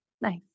nice